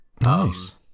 nice